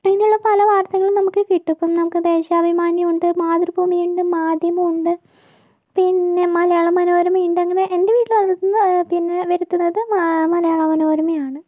അങ്ങനെയുള്ള പല വാർത്തകളും നമുക്ക് കിട്ടും ഇപ്പോൾ നമുക്ക് ദേശാഭിമാനിയുണ്ട് മാതൃഭൂമിയുണ്ട് മാധ്യമം ഉണ്ട് പിന്നെ മലയാള മനോരമയിണ്ട് അങ്ങനെ എൻ്റെ വീട്ടില് വരുത്തുന്നത് പിന്നെ വരുത്തുന്നത് മലയാള മനോരമയാണ്